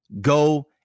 go